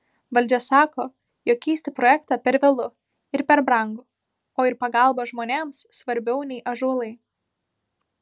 valdžia sako jog keisti projektą per vėlu ir per brangu o ir pagalba žmonėms svarbiau nei ąžuolai